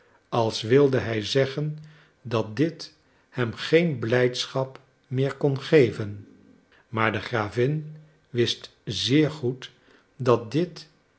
als wilde hij zeggen dat dit hem geen blijdschap meer kon geven maar de gravin wist zeer goed dat dit